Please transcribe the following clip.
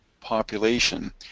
population